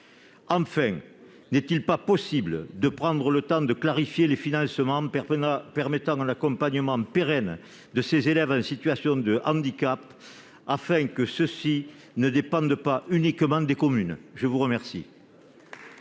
Enfin, peut-on envisager de prendre le temps de clarifier les financements permettant un accompagnement pérenne des élèves en situation de handicap, afin que ceux-ci ne dépendent pas uniquement des communes ? La parole